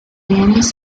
viennese